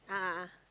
a'ah a'ah